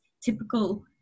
typical